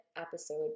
episode